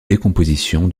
décomposition